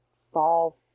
Fall